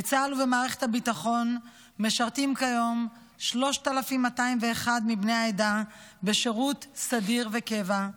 בצה"ל ובמערכת הביטחון משרתים כיום 3,201 מבני העדה בשירות סדיר וקבע,